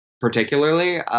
particularly